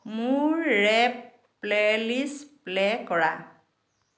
মোৰ rap playlist play কৰা